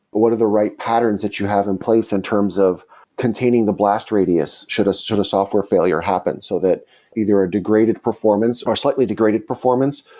what are the right patterns that you have in place in terms of containing the blast radius should a sort of software failure happen? so that either a degraded performance, or slightly degraded performance,